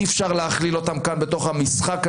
אי-אפשר להכליל אותם כאן, בתוך המשחק הזה,